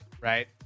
right